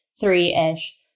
three-ish